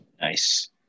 Nice